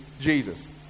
Jesus